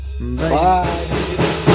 Bye